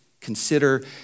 consider